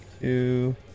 two